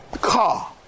Car